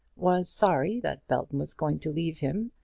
was sorry that belton was going to leave him,